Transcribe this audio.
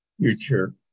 future